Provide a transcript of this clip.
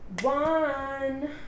one